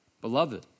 Beloved